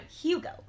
Hugo